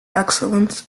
excellence